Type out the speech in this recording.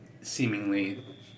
seemingly